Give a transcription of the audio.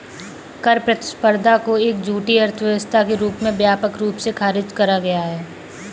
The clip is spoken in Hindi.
कर प्रतिस्पर्धा को एक झूठी अर्थव्यवस्था के रूप में व्यापक रूप से खारिज करा गया है